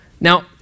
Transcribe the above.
Now